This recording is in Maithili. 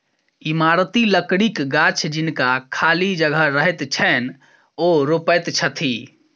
इमारती लकड़ीक गाछ जिनका खाली जगह रहैत छैन, ओ रोपैत छथि